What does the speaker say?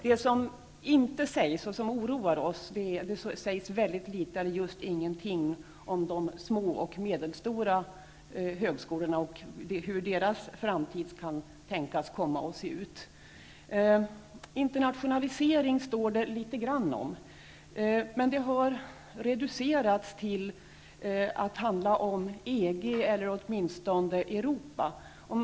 Det som oroar oss är att det sägs väldigt litet eller just ingenting om de små och medelstora högskolorna och hur deras framtid kan tänkas komma att se ut. Internationalisering står det litet grand om. Men det har reducerats till att handla om EG eller åtminstone Europa.